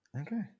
Okay